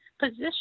position